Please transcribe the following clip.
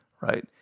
right